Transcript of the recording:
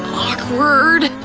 awkward!